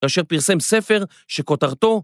‫כאשר פרסם ספר שכותרתו.